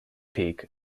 peak